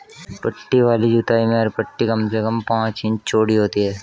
पट्टी वाली जुताई में हर पट्टी कम से कम पांच इंच चौड़ी होती है